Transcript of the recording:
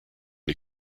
des